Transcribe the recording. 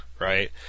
right